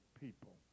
people